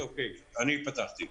אני נמצא פה.